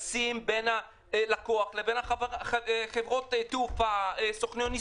לגייס כסף בארצות-הברית עבור קרן